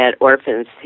Orphans